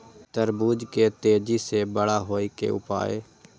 तरबूज के तेजी से बड़ा होय के उपाय?